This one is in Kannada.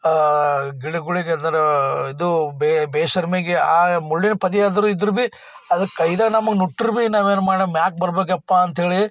ಆ ಗಿಡಗಳಿಗೆ ಅಂದರೆ ಇದು ಬೇಶರ್ಮಿಗೆ ಆ ಮುಳ್ಳಿನ ಪೊದೆ ಎದ್ರು ಇದ್ರು ಭೀ ಅದುಕೈಯಾಗೆ ನಮಗೆ ಮುಟ್ರು ಭೀ ನಾವೇನು ಮಾಡಿ ಮ್ಯಾಲ ಬರಬೇಕು ಅಪ್ಪ ಅಂಥೇಳಿ